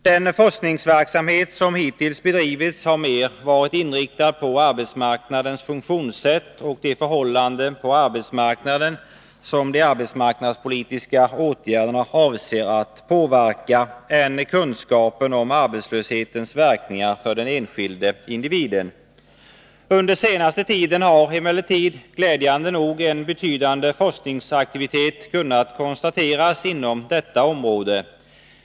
Den forskningsverksamhet som hittills bedrivits har mer varit inriktad på arbetsmarknadens funktionssätt och de förhållanden på arbetsmarknaden som de arbetsmarknadspolitiska åtgärderna avser att påverka, än kunskapen Under senaste tiden har emellertid, glädjande nog, en betydande forskningsaktivitet kunnat konstateras inom detta område.